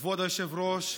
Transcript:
כבוד היושב-ראש,